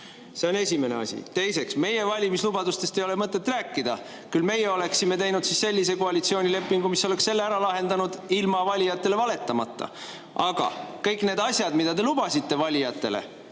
See on esimene asi. Teiseks, meie valimislubadustest ei ole mõtet rääkida. Küll meie oleksime siis teinud sellise koalitsioonilepingu, mis oleks selle ära lahendanud ilma valijatele valetamata. Aga kõik need asjad, mida te lubasite valijatele